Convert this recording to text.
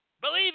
Believe